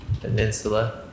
Peninsula